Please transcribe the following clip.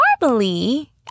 normally